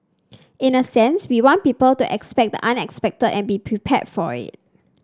in a sense we want people to expect the unexpected and be prepared for it